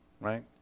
right